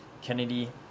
Kennedy